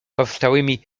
powstałymi